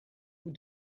vous